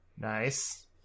Nice